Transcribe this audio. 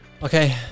Okay